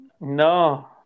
no